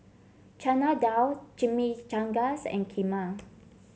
Chana Dal Chimichangas and Kheema